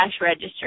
register